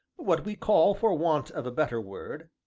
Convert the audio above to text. what we call for want of a better word,